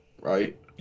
right